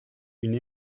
une